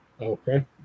Okay